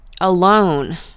alone